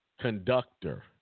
conductor